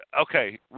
okay